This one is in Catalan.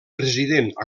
president